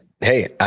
Hey